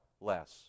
less